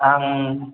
आं